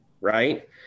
right